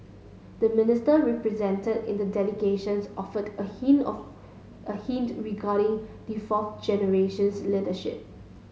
the Minister represented in the delegations offered a him of a hint regarding the fourth generations leadership